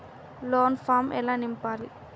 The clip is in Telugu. లోన్ ఫామ్ ఎలా నింపాలి?